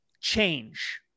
change